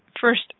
first